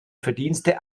verdienste